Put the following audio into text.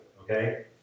Okay